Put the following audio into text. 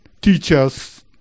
teachers